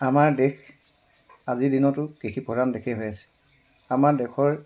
আমাৰ দেশ আজিৰ দিনতো কৃষি প্ৰধান দেশে হৈ আছে আমাৰ দেশৰ